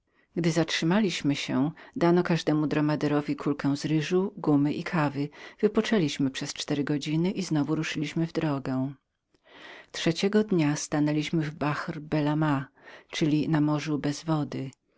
poczem zatrzymaliśmy się dano każdemu dromaderowi kulkę z ryżu gummy i kawy wypoczęliśmy przez cztery godzin i znowu ruszyliśmy w dalszą drogę trzeciego dnia stanęliśmy w baha be lama czyli na morzu bez wody